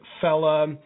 fella